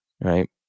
Right